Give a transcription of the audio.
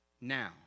now